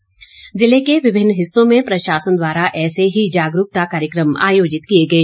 उन्होंने जिले के विभिन्न हिस्सों में प्रशासन द्वारा ऐसे ही जागरूकता कार्यक्रम आयोजित किए गए